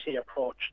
approach